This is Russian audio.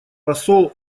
посол